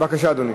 בבקשה, אדוני.